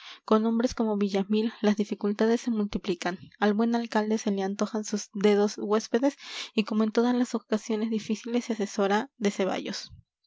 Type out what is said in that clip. con hombres como villamil las dificultades se multiplican al buen alcalde se le antojan sus dedos huéspedes y como en todas las ocasiones difíciles se asesora de ceballos